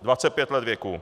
25 let věku.